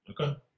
Okay